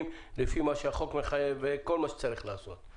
לפי מה שהחוק מחייב וכל מה שצריך לעשות.